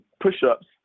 push-ups